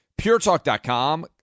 puretalk.com